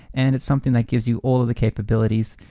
and it's something that gives you all of the capabilities.